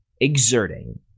exerting